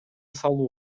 салуу